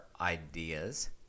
ideas